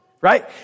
Right